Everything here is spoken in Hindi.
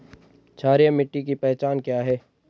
क्षारीय मिट्टी की पहचान क्या है?